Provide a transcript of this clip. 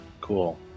Cool